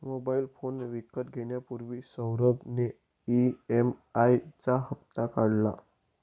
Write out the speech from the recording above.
mobile phone विकत घेण्यापूर्वी सौरभ ने ई.एम.आई चा हप्ता काढला